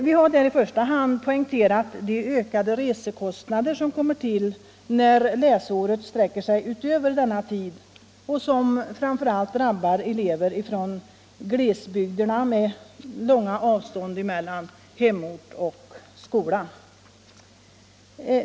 Vi har i första hand poängterat de ökade resekostnader som kommer till då läsåret sträcker sig utöver denna tid och som framför allt drabbar elever från glesbygderna med långa avstånd mellan hemort och skola.